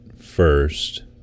first